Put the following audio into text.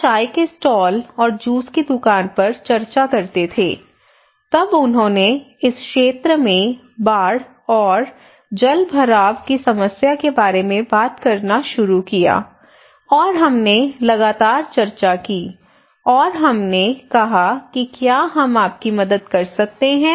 हम चाय के स्टॉल और जूस की दुकान पर चर्चा करते थे तब उन्होंने इस क्षेत्र में बाढ़ और जलभराव की समस्या के बारे में बात करना शुरू किया और हमने लगातार चर्चा की और हमने कहा कि क्या हम आपकी मदद कर सकते हैं